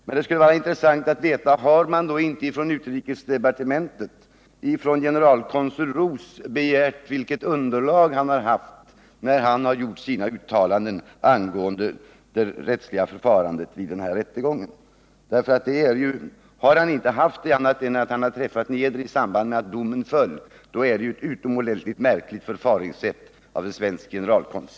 Det skulle vara intressant att veta om inte utrikesdepartementet begärt att generalkonsul Ros skulle redovisa vilket underlag han haft när han gjort sina uttalanden angående det rättsliga förfarandet vid den här rättegången. Har han inget annat underlag än att han träffat Niedre i samband med att domen föll är det ett utomordentligt märkligt förfaringssätt av en svensk generalkonsul.